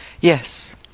Yes